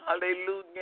hallelujah